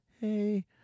Hey